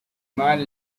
might